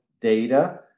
data